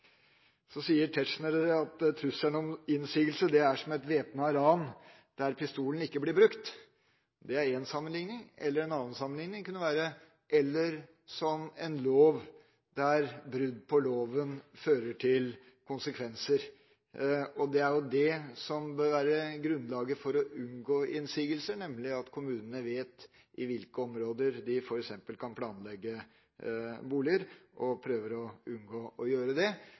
Så sier Tetzschner at trusselen om innsigelse er som et væpnet ran der pistolen ikke blir brukt. Det er en sammenlikning. En annen sammenlikning kunne være: som en lov, der brudd på loven fører til konsekvenser. Det er jo det som bør være grunnlaget for å unngå innsigelser, nemlig at kommunene vet i hvilke områder de f.eks. kan planlegge boliger og prøver å unngå å gjøre det,